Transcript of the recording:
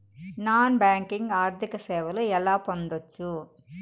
Non banking ఆర్థిక సేవలు ఎలా పొందొచ్చు?